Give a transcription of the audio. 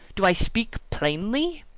do i speak plainly?